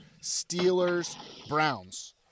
Steelers-Browns